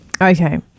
Okay